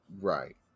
Right